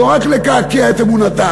לא רק לקעקע את אמונתם,